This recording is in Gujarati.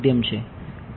વિદ્યાર્થી